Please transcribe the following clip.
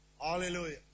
Hallelujah